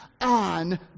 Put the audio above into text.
on